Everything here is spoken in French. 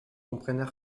comprennent